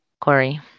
Corey